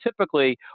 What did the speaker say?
typically